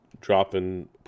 Dropping